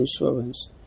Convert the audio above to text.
insurance